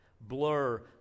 blur